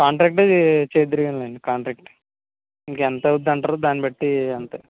కాంట్రాక్టే చేద్దురుగాని లేండి కాంట్రాక్ట్ ఇంక ఎంత అవుతుంది అంటారు దాన్ని బట్టి అంతే